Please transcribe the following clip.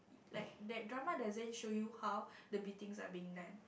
like that drama doesn't show you how the beatings are being done